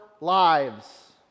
lives